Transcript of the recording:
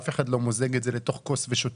אף אחד לא מוזג את זה לתוך כוס ושותה.